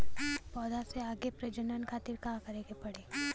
पौधा से आगे के प्रजनन खातिर का करे के पड़ी?